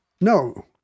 No